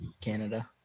Canada